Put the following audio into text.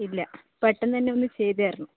ഇല്ല പെട്ടെന്ന് തന്നെ ഒന്ന് ചെയ്തു തരണം